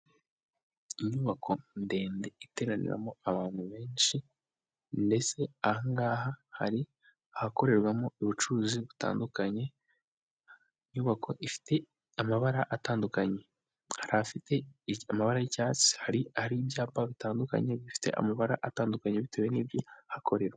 Inyubako ndende iteraniramo abantu benshi ndetse aha ngaga hari ahakorerwamo ubucuruzi butandukanye inyubako ifite amabara atandukanye harifite amabara y'icyatsi hari ibyapa bitandukanye bifite amabara atandukanye bitewe n'ibihakorerwa.